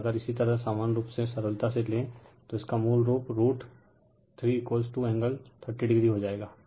और अगर इसी तरह समान रूप से सरलता से ले तो इसका मूल रूप रूट 3एंगल 30o हो जाएगा